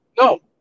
No